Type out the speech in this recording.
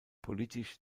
politisch